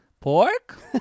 Pork